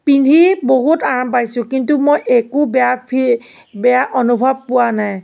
পিন্ধি বহুত আৰাম পাইছোঁ কিন্তু মই একো বেয়া ফীল বেয়া অনুভৱ পোৱা নাই